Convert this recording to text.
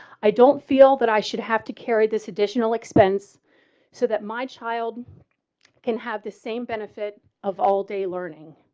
i don't feel that i should have to carry this additional expense so that my child can have the same benefit of allday learning.